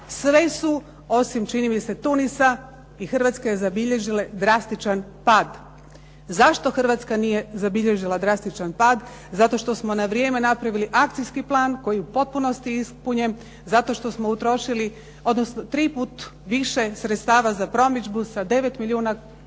Sve su, osim čini mi se Tunisa i Hrvatske, zabilježile drastičan pad. Zašto Hrvatska nije zabilježila drastičan pad? Zato što smo na vrijeme napravili akcijski plan koji je u potpunosti ispunjen zato što smo utrošili triput više sredstava za promidžbu, sa 9 milijuna eura